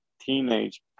teenage